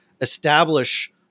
establish